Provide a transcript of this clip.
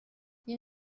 you